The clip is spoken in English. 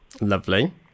Lovely